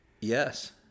Yes